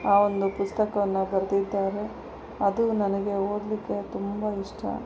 ಆ ಒಂದು ಪುಸ್ತಕವನ್ನ ಬರೆದಿದ್ದಾರೆ ಅದು ನನಗೆ ಓದಲಿಕ್ಕೆ ತುಂಬ ಇಷ್ಟ